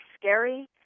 scary